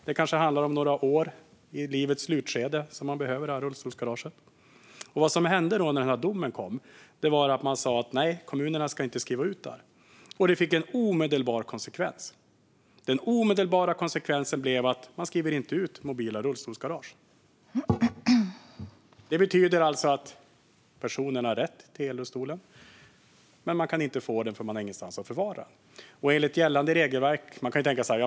Det kanske handlar om några år i livets slutskede då man behöver det här rullstolsgaraget. Vad som hände när den här domen kom var att man sa att kommunerna inte ska skriva ut det här, och det fick en omedelbar konsekvens. Den omedelbara konsekvensen blev att det inte skrivs ut mobila rullstolsgarage. Det betyder alltså att personen har rätt till elrullstolen men inte kan få den därför att det inte finns någonstans att förvara den. Vi kan ju tänka: Ställ den i trapphuset!